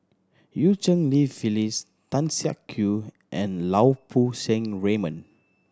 Eu Cheng Li Phyllis Tan Siak Kew and Lau Poo Seng Raymond